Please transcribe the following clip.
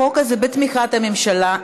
החוק הזה בתמיכת הממשלה,